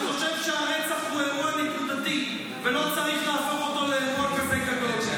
-- שהרצח הוא אירוע נקודתי ולא צריך להפוך אותו לאירוע כזה גדול.